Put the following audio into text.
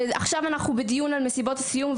ועכשיו אנחנו בדיון על מסיבות הסיום,